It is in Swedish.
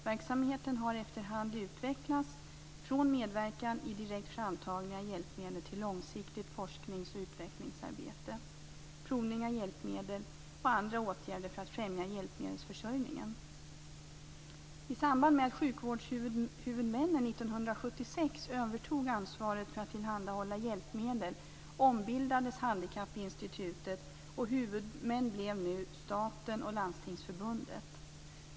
Verksamheten har efter hand utvecklats från medverkan i direkt framtagning av hjälpmedel till långsiktigt forsknings och utvecklingsarbete, provning av hjälpmedel och andra åtgärder för att främja hjälpmedelsförsörjningen. övertog ansvaret för att tillhandahålla hjälpmedel ombildades Handikappinstitutet och huvudmän blev nu staten och Landstingsförbundet.